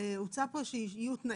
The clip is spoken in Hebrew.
באופן המתאים